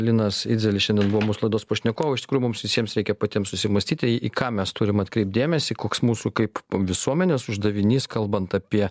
linas idzelis šiandien buvo mūsų laidos pašnekovai iš tikrųjų kur mums visiems reikia patiem susimąstyti į ką mes turim atkreipti dėmesį koks mūsų kaip visuomenės uždavinys kalbant apie